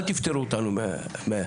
אל תפתרו אותנו מזה,